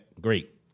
great